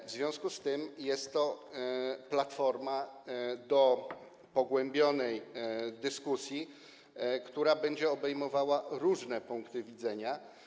W związku z tym jest to platforma do pogłębionej dyskusji, która będzie obejmowała różne punkty widzenia.